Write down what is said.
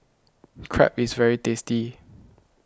Crepe is very tasty